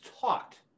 taught